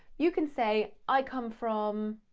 you can say i come from,